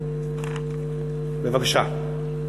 בבקשה.